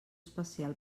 especial